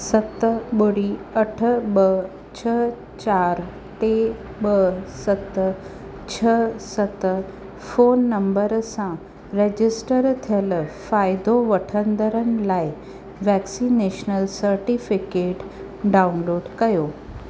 सत ॿुड़ी अठ ॿ छ्ह चारि टे ॿ सत छह सत फ़ोन नंबर सां रजिस्टर थियल फ़ाइदो वठंदड़नि लाइ वैक्सिनेश्नल सर्टिफिकेट डाउनलोड कयो